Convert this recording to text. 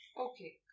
okay